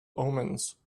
omens